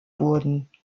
wurden